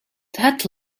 that